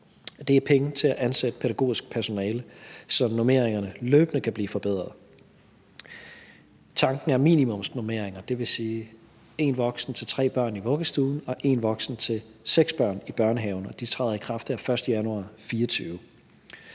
Det er penge til at ansætte pædagogisk personale, så normeringerne løbende kan blive forbedret. Tanken er minimumsnormeringer, dvs. én voksen til tre børn i vuggestuen og én voksen til seks børn i børnehaven, og det træder i kraft den 1. januar 2024.